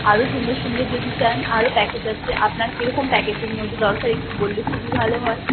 আরও সুন্দর সুন্দর যদি চান আরও প্যাকেজ আছে আপনার কীরকম প্যাকেজের মধ্যে দরকার একটু বললে খুবই ভালো হয়